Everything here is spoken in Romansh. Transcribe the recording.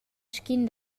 sc’in